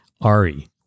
Ari